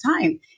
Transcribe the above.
time